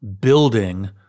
building